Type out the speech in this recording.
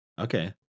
Okay